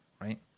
right